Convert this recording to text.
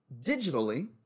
digitally